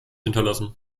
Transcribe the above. hinterlassen